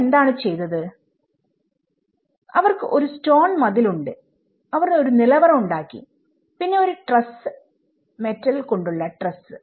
അവർ എന്താണ് ചെയ്തത് അവർക്ക് ഒരു സ്റ്റോൺ മതിൽ ഉണ്ട് അവർ ഒരു നിലവറ ഉണ്ടാക്കിപിന്നെ ഒരു ട്രസ്സ് മെറ്റൽകൊണ്ടുള്ള ട്രസ്സ്